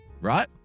right